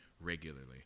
Regularly